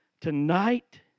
tonight